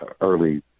early